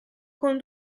con